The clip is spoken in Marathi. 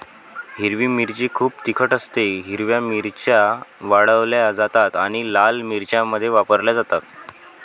हिरवी मिरची खूप तिखट असतेः हिरव्या मिरच्या वाळवल्या जातात आणि लाल मिरच्यांमध्ये वापरल्या जातात